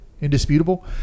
indisputable